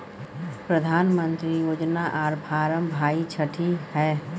प्रधानमंत्री योजना आर फारम भाई छठी है?